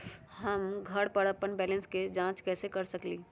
हम घर पर अपन बैलेंस कैसे जाँच कर सकेली?